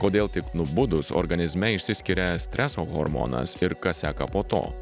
kodėl tik nubudus organizme išsiskiria streso hormonas ir kas seka po to